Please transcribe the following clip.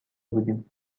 بودیم